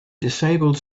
disabled